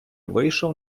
вийшов